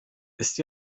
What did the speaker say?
wisst